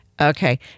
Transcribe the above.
Okay